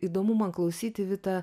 įdomu man klausyti vita